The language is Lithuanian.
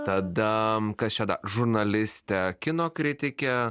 tada kas čia da žurnalistė kino kritikė